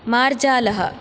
मार्जालः